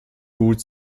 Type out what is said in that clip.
boot